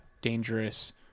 dangerous